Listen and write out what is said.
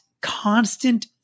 constant